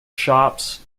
shops